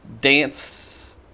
dance